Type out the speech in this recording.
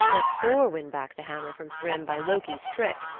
let thor win back the hammer from thrym by loki's trick,